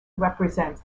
represents